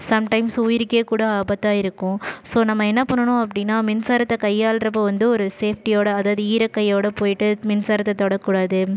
sometimes உயிருக்கே கூட ஆபத்தாக இருக்கும் ஸோ நம்ம என்ன பண்ணணும் அப்படின்னா மின்சாரத்தை கையாளுறப்போ வந்து ஒரு சேஃப்டியோடு அதாவது வந்து ஈரக்கையோடு வந்து போய்ட்டு மின்சாரத்தை தொடக்கூடாது